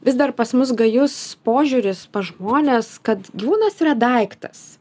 vis dar pas mus gajus požiūris pas žmones kad gyvūnas yra daiktas